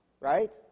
right